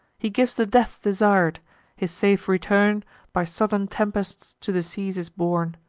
he gives the death desir'd his safe return by southern tempests to the seas is borne.